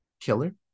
killer